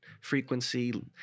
frequency